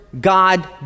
God